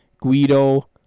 Guido